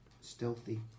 stealthy